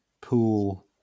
pool